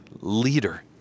leader